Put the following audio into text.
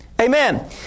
Amen